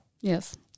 Yes